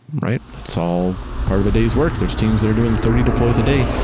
right? that's all part of a day's work. there's teams that are doing thirty deploys a day,